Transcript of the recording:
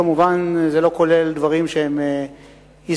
כמובן שזה לא כולל דברים שהם עסקיים.